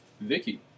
Vicky